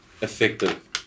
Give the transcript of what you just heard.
effective